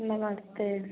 नमस्ते